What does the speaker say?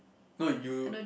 no you